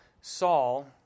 Saul